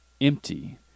empty